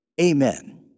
amen